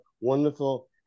wonderful